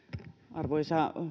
arvoisa